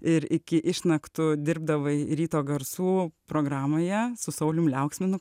ir iki išnaktų dirbdavai ryto garsų programoje su saulium liauksminu